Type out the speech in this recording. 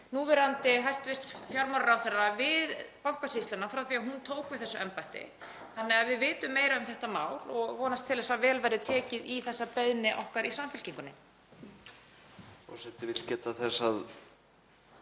núverandi hæstv. fjármálaráðherra við Bankasýsluna frá því að hún tók við þessu embætti þannig að við vitum meira um þetta mál og vonast til að vel verði tekið í þessa beiðni okkar í Samfylkingunni.